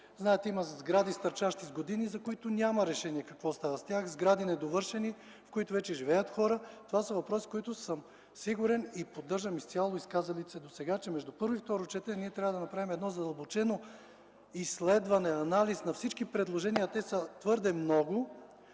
знаете, че има сгради, стърчащи с години, за които няма решение какво става с тях, недовършени сгради, в които вече живеят хора. Това са въпроси, по които съм сигурен и поддържам изцяло изказалите се досега, че между първо и второ четене ние трябва да направим задълбочено изследване, анализ на всички предложения, а те са твърде много,